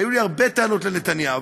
היו לי הרבה טענות לנתניהו.